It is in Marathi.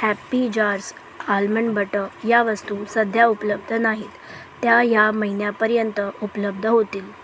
हॅप्पी जार्स आलमंड बटर या वस्तू सध्या उपलब्ध नाहीत त्या या महिन्यापर्यंत उपलब्ध होतील